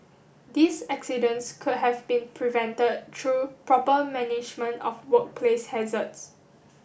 these accidents could have been prevented through proper management of workplace hazards